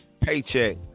paycheck